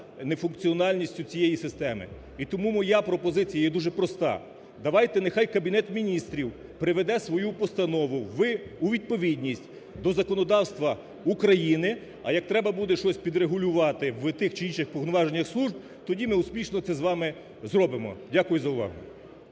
нефункціональністю цієї системи. І тому моя пропозиція є дуже проста. Давайте нехай Кабінет Міністрів приведе свою постанову у відповідність до законодавства України, а як треба буде щось підрегулювати в тих чи інших повноваженнях служб, тоді ми успішно це з вами зробимо. Дякую за увагу.